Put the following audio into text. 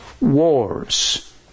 wars